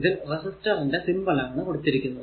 ഇതിൽ റെസിസ്റ്റർ ന്റെ സിംബൽ ആണ് കൊടുത്തിരിക്കുന്നത്